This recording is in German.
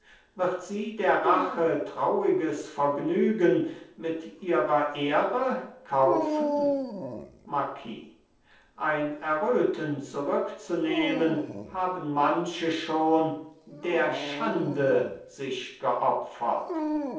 wird sie der rache trauriges vergnügen mit ihrer ehre kaufen marquis ein erröten zurückzunehmen haben manche schon der schande sich geopfert